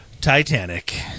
Titanic